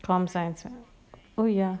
com science oh ya